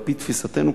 על-פי תפיסתנו,